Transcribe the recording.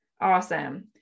Awesome